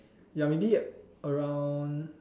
ya maybe around